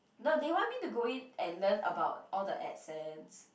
no they want me to go in and learn about all the accents